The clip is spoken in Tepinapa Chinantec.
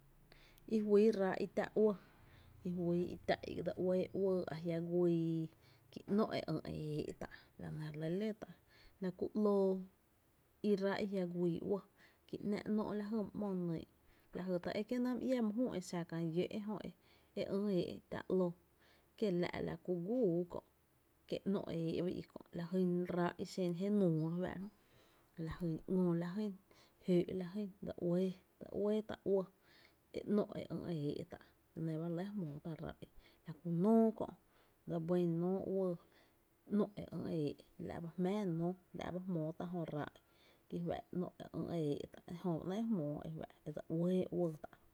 I juyy ráá’ i tá’ uɇɇ’ juyy i tá’ i dse uee uɇɇ a jia’ güii kí ‘nó’ e ÿ’ e éé’ tá’, la nɇ re lɇ ló ta’, la kú ‘lóo i i ráá’ i jia’ güii uɇɇ kí ‘ná’ ‘nó’ la jy my ‘mo nyy’ la jy ta é kié’ my iá my jü e xa kää lló’ jö e ÿ éé’ täá ‘líí kiela’ la kú gúuú kö’ kie’ ‘nó’0 e éé’ ba i i, la jyn ráá’ i xen je nuu re fáá’ra jö, la jy ‘lóó la jyn jö’ la jyn dse uéé tá’ uɇɇ e ‘nó’ e ÿ’ e éé’ tá’ la nɇ ba re lɇ jmóó tá’ ráá’ i la kú nóo kö’ dse bɇn nóó uɇɇ e ‘nó’ e ÿ’ e éé’, la’ ba jmⱥⱥ nóó, la’ ba jmóó la jyn jö ráá’ e fá’ e ‘nó’ e ï’ e éé’ tá’ e jö né’ e jmóo e fá’ e dse ueé uɇɇ tá’.